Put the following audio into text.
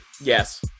Yes